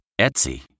Etsy